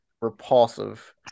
repulsive